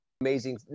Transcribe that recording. amazing